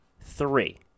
three